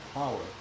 power